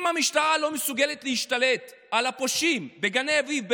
אם המשטרה לא מסוגלת להשתלט על הפושעים בגני אביב,